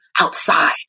outside